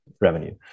revenue